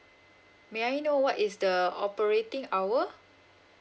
may I know what is the operating hour